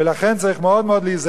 לכן צריך מאוד להיזהר,